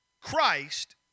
Christ